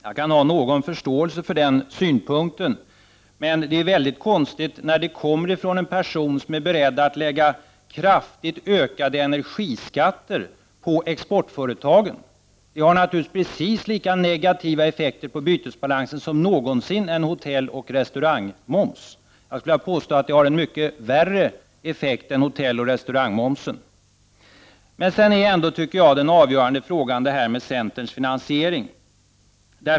Jag kan ha någon förståelse för den synpunkten. Men det är mycket konstigt när den kommer från en person som är beredd att lägga kraftigt ökade energiskatter på exportföretagen. Det har naturligtvis precis lika negativa effekter på bytesbalansen som någonsin en hotelloch restaurangmoms. Jag skulle vilja påstå att det har en mycket värre effekt än hotelloch restaurangmomsen. Men den avgörande frågan, tycker jag, är centerns finansiering.